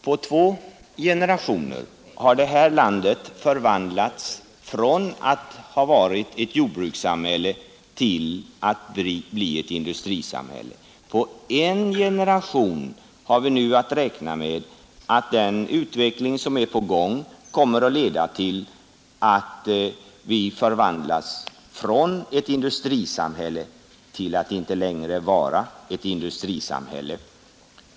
På två generationer har det här landet förvandlats från att ha varit ett jordbrukssamhälle till att bli ett industrisamhälle. På en generation har vi nu att räkna med att den utveckling som är på gång kommer att leda till att vi förvandlas från att vara ett industrisamhälle till att inte längre vara ett industrisamhälle.